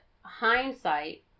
hindsight